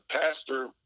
pastor